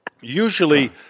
usually